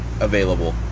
available